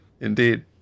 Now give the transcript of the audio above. Indeed